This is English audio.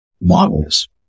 models